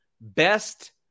best